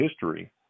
history